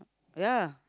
ya